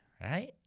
right